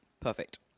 Perfect